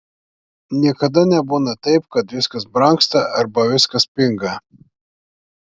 niekada nebūna taip kad viskas brangsta arba viskas pinga